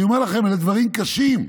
אני אומר לכם, אלה דברים קשים,